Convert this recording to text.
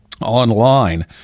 online